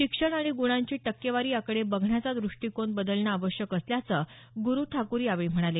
शिक्षण आणि गुणांची टक्केवारी याकडे बघण्याचा दृष्टिकोन बदलणं आवश्यक असल्याचं गुरु ठाकूर यावेळी म्हणाले